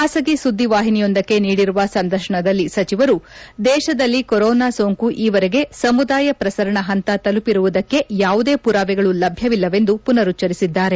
ಬಾಸಗಿ ಸುದ್ದಿವಾಹಿನಿಯೊಂದಕ್ಕೆ ನೀಡಿರುವ ಸಂದರ್ಶನದಲ್ಲಿ ಸಚಿವರು ದೇಶದಲ್ಲಿ ಕೊರೊನಾ ಸೋಂಕು ಈವರೆಗೆ ಸಮುದಾಯ ಪ್ರಸರಣ ಹಂತ ತಲುಪರುವುದಕ್ಕೆ ಯಾವುದೇ ಮರಾವೆಗಳು ಲಭ್ಯವಿಲ್ಲವೆಂದು ಮನರುಚ್ವರಿಸಿದ್ದಾರೆ